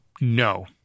no